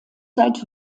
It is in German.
seit